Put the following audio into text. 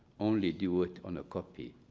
only do it on ah copy.